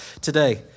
today